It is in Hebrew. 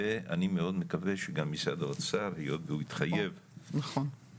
ואני מאוד מקווה שגם משרד האוצר היות והוא התחייב לכסף,